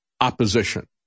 opposition